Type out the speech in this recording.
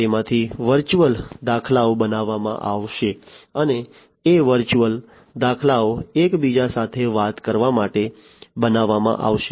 તેમાંથી વર્ચ્યુઅલ દાખલાઓ બનાવવામાં આવશે અને તે વર્ચ્યુઅલ virtual દાખલાઓ એકબીજા સાથે વાત કરવા માટે બનાવવામાં આવશે